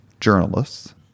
journalists